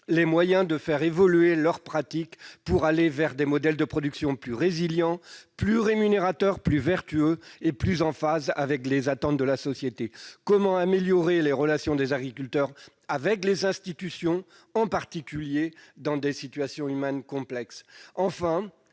les moyens de faire évoluer leurs pratiques afin d'aller vers des modèles de production plus résilients, plus rémunérateurs, plus vertueux et plus en phase avec les attentes de la société ? Comment améliorer les relations des agriculteurs avec les institutions, en particulier dans des situations humaines complexes